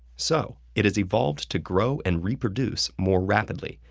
so, it has evolved to grow and reproduce more rapidly,